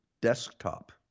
desktop